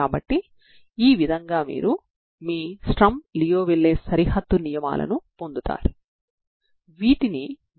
కాబట్టి మీరు అనంతమైన స్ట్రింగ్ ని మరియు ప్రారంభ సమాచారం ux0f utx0g ని కలిగి ఉన్నారు